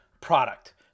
product